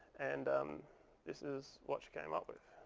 and um this is what she came up.